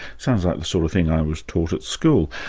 sounds like the sort of thing i was taught at school.